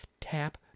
tap